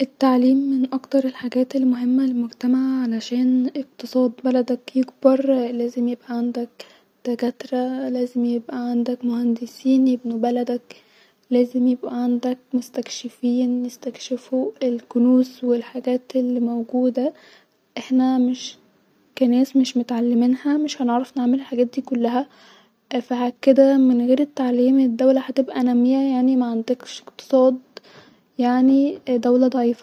التعليم من اكتر الحاجات المهمه للمجتمع -علشان-اقتصاد بلدك يكبر لازم يبقي عندك داكا-تره لازم يبقي عندك مهندسين يبنو بلدك-لازم يبقي عندك مستكشفين يستكشفو الكنوز والحاجات الموجوده-احنا مش -كا ناس مش متعلمنها مش هنعرف نعمل الحاجات دي كلها-فا-كدا-الدوله من غير تعليم الدوله هتبقي ناميه:معندكش اقتصاد يعني الدوله هتبقي ضعيفه